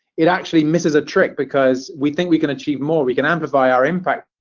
it actually misses a trick, because we think we can achieve more, we can amplify our impacts,